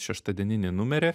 šeštadieninį numerį